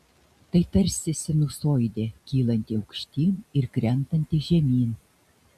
tai tarsi sinusoidė kylanti aukštyn ir krentanti žemyn